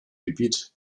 gebiet